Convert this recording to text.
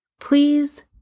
Please